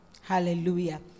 Hallelujah